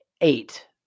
eight